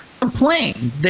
complain